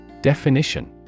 Definition